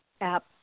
app